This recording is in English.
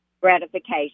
gratification